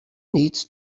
needs